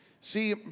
See